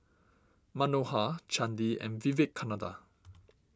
Manohar Chandi and Vivekananda